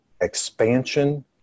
expansion